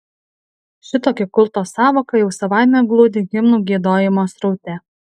šitokia kulto sąvoka jau savaime glūdi himnų giedojimo sraute